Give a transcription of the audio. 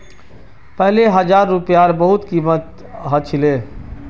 पहले हजार रूपयार बहुत कीमत ह छिले